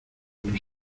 los